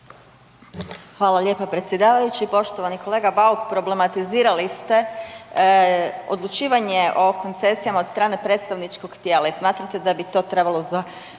Hvala lijepa predsjedavajući. Poštovani kolega Bauk, problematizirali ste odlučivanje o koncesijama od strane predstavničkog tijela i smatrate da bi to trebalo završit